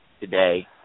today